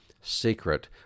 secret